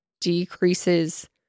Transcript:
decreases